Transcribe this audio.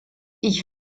ich